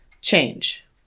change